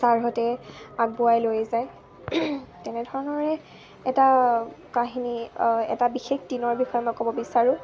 ছাৰহঁতে আগুৱাই লৈ যায় তেনেধৰণৰে এটা কাহিনী এটা বিশেষ দিনৰ বিষয়ে মই ক'ব বিচাৰোঁ